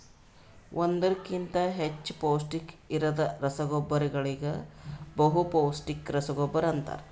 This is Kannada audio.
ಒಂದುರ್ ಕಿಂತಾ ಹೆಚ್ಚ ಪೌಷ್ಟಿಕ ಇರದ್ ರಸಗೊಬ್ಬರಗೋಳಿಗ ಬಹುಪೌಸ್ಟಿಕ ರಸಗೊಬ್ಬರ ಅಂತಾರ್